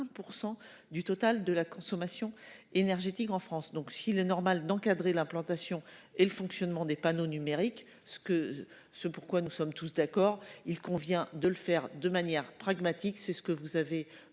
du total de la consommation énergétique en France. Donc si le normal d'encadrer l'implantation et le fonctionnement des panneaux numériques ce que ce pourquoi nous sommes tous d'accord, il convient de le faire de manière pragmatique, c'est ce que vous avez